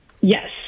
Yes